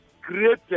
created